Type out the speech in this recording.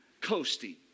coasting